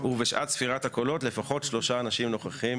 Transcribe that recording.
ובשעת ספירת הקולות לפחות שלושה אנשים נוכחים